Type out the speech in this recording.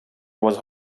was